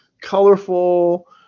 colorful